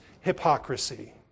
hypocrisy